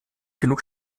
genug